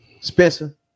Spencer